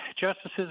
justices